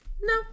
no